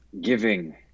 giving